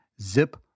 Zip